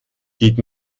geht